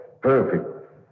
perfect